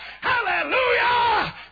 Hallelujah